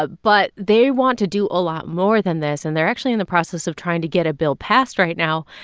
ah but they want to do a lot more than this, and they're actually in the process of trying to get a bill passed right now.